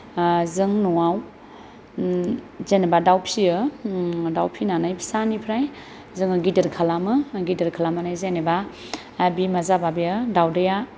जों न'आव जेनेबा दाउ फिसियो दाउ फिनानै फिसानिफ्राय जोङो गिदिर खालामो गिदिर खालामनानै जेनेबा बिमा जाब्ला बेयो दाउदैया